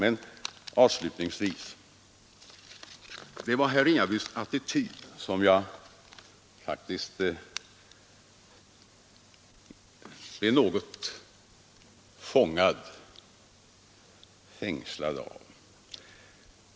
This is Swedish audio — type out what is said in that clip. Men avslutningsvis vill jag säga att herr Ringabys attityd faktiskt har fängslat mig.